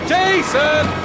Jason